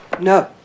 No